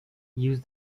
use